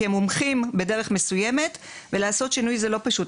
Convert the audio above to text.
כי הם מומחים בדרך מסוימת ולעשות שינוי זה לא פשוט.